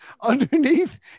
underneath